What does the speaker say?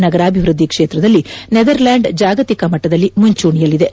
ನಗರಾಭಿವೃದ್ದಿ ಕ್ಷೇತ್ರದಲ್ಲಿ ನೆದರ್ಲೆಂಡ್ ಜಾಗತಿಕ ಮಟ್ಟದಲ್ಲಿ ಮುಂಚೂಣಿಯಲ್ಲಿದೆ